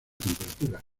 temperatura